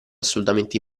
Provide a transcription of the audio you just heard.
assolutamente